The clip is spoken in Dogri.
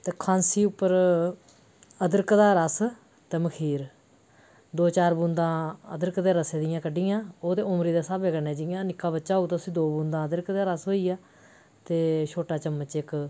ते खांसी उपर अदरक दा रस ते मखीर दो चार बूंदा अदरक ते रसे दियां कड्ढियां ओह् ते उमरी दे स्हाबे कन्नै जि'यां निक्का बच्चा उसी दो बूंदा अदरक दा रस ते छोटा चमच इक